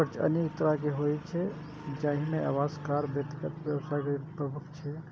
कर्ज अनेक तरहक होइ छै, जाहि मे आवास, कार, व्यक्तिगत, व्यावसायिक ऋण प्रमुख छै